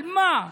על מה?